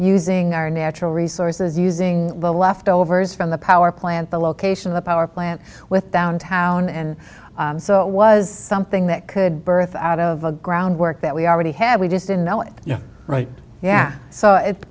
using our natural resources using the leftovers from the power plant the location the power plant with downtown and so it was something that could birth out of a groundwork that we already had we just didn't know it right yeah so